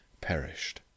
perished